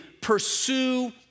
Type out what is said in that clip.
pursue